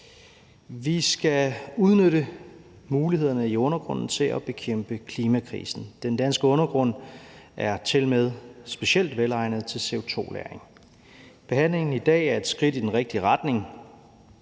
Vi skal udnytte mulighederne i undergrunden til at bekæmpe klimakrisen. Den danske undergrund er tilmed specielt velegnet til CO2-lagring. Behandlingen i dag er et skridt i den rigtige retning.